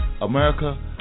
America